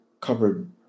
covered